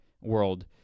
world